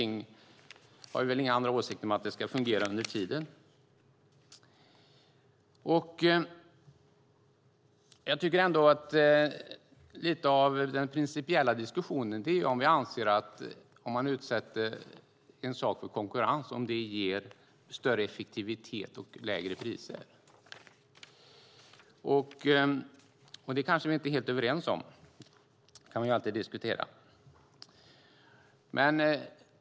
Vi har väl ingen annan åsikt än att järnvägen ska fungera under den tid arbete pågår. Lite av den principiella diskussionen gäller om en sak som utsätts för konkurrens ger större effektivitet och lägre priser. Det är vi kanske inte helt överens om, men det kan vi alltid diskutera.